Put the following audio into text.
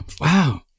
wow